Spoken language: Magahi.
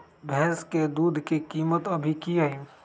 भैंस के दूध के कीमत अभी की हई?